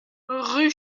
rue